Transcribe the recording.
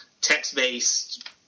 text-based